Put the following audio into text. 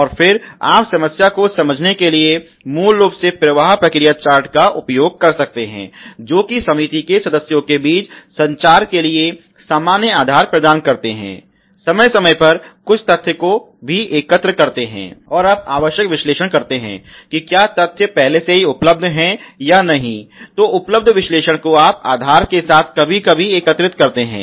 और फिर आप समस्या को समझने के लिए मूल के रूप में प्रवाह प्रक्रिया चार्ट का उपयोग कर सकते हैं जो कि समिति के सदस्यों के बीच संचार के लिए सामान्य आधार प्रदान करते हैं समय समय पर कुछ तथ्य भी एकत्र करते हैं और आप आवश्यक विश्लेषण करते हैं कि क्या तथ्य पहले से ही उपलब्ध है या नहीं तो उपलब्ध विश्लेषण को आप आधार के साथ कभी कभी एकत्रित करते हैं